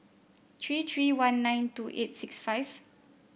three three one nine two eight six five